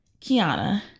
Kiana